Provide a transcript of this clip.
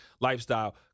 lifestyle